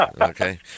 Okay